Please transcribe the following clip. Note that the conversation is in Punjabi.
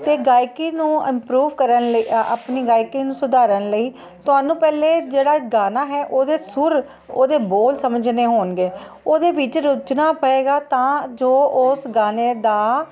ਅਤੇ ਗਾਇਕੀ ਨੂੰ ਇੰਪਰੂਵ ਕਰਨ ਲਈ ਆਪਣੀ ਗਾਇਕੀ ਨੂੰ ਸੁਧਾਰਨ ਲਈ ਤੁਹਾਨੂੰ ਪਹਿਲੇ ਜਿਹੜਾ ਗਾਣਾ ਹੈ ਉਹਦੇ ਸੁਰ ਉਹਦੇ ਬੋਲ ਸਮਝਣੇ ਹੋਣਗੇ ਉਹਦੇ ਵਿੱਚ ਰੁਝਣਾ ਪਵੇਗਾ ਤਾਂ ਜੋ ਉਸ ਗਾਣੇ ਦਾ